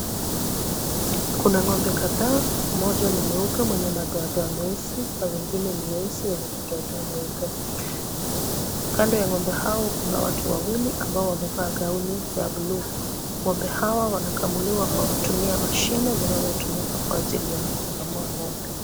Kuna ng'ombe kadhaa moja ni mwesusi na madoa madoa meupe na mwingine ni mwesusi na madoa madoa meupe. Kando ya ng'ombe hao kuna watu wawili ambao wamevaa gauni ya blue .Ng'ombe hao wanakamliwa kwa kutumia mashine zinazotumika kwa ajili ya kukamua ng'ombe.